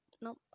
No